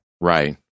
Right